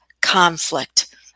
conflict